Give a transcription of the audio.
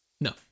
No